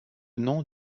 nom